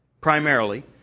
primarily